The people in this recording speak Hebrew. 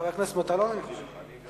חבר הכנסת מטלון, אני חושב.